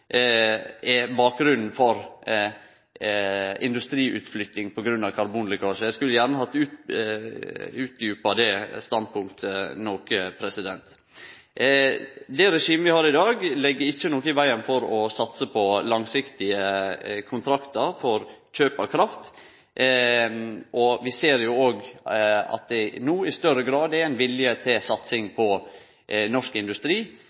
er bakgrunnen for industriutflytting på grunn av karbonlekkasje. Eg skulle gjerne hatt utdjupa det standpunktet noko. Det regimet vi har i dag, legg ikkje noko i vegen for å satse på langsiktige kontraktar for kjøp av kraft. Vi ser òg at det no i større grad er ein vilje til satsing på norsk industri